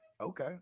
Okay